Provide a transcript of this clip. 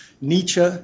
Nietzsche